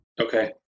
Okay